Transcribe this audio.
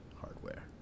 hardware